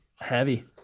heavy